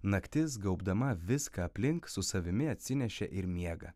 naktis gaubdama viską aplink su savimi atsinešė ir miegą